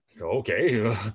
okay